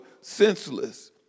senseless